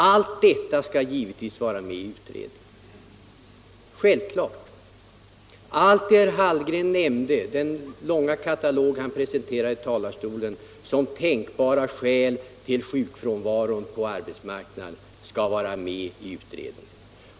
Allt detta skall givetvis vara med i utredningen. Allt det som herr Hallgren nämnde, hela den långa katalog han presenterade som tänkbara skäl till sjukfrånvaro på arbetsmarknaden, skall vara med i utredningen.